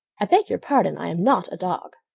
i beg your pardon, i am not a dog!